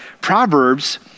Proverbs